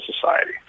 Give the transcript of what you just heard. society